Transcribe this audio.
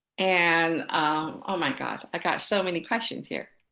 and um i got i got so many questions here.